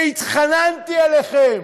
והתחננתי אליכם: